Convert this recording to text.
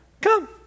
come